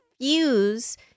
fuse